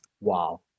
wow